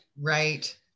Right